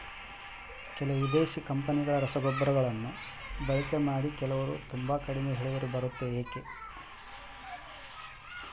ಕೆಲವು ವಿದೇಶಿ ಕಂಪನಿಗಳ ರಸಗೊಬ್ಬರಗಳನ್ನು ಬಳಕೆ ಮಾಡಿ ಕೆಲವರು ತುಂಬಾ ಕಡಿಮೆ ಇಳುವರಿ ಬರುತ್ತೆ ಯಾಕೆ?